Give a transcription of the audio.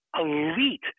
elite